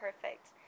perfect